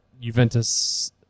Juventus